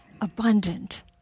abundant